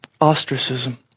ostracism